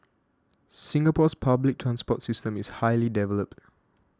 Singapore's public transport system is highly developed